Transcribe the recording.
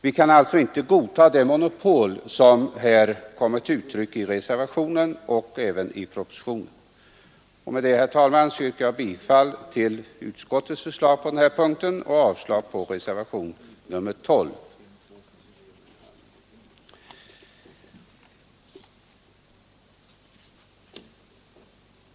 Vi kan alltså inte godta det monopol som föreslås i reservationen och även i propositionen. Med detta, herr talman, yrkar jag bifall till utskottets hemställan på denna punkt och avslag på reservationen 12.